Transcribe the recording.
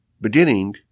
beginning